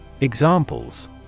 Examples